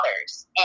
others